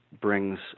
brings